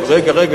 הדוחות, רגע.